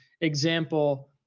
example